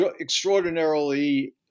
extraordinarily